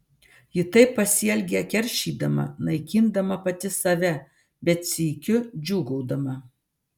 ji taip pasielgė keršydama naikindama pati save bet sykiu džiūgaudama